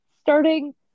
starting